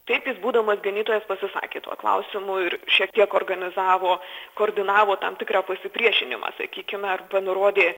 taip jis būdamas ganytojas pasisakė tuo klausimu ir šiek tiek organizavo koordinavo tam tikrą pasipriešinimą sakykime arba nurodė